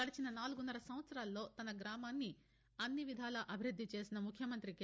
గడిచిన నాలుగున్నర సంవత్సరాల్లో తన గ్రామాన్ని అన్ని విధాలా అభివృద్ది చేసిన ముఖ్యమంతి కె